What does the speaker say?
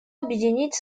объединить